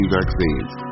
vaccines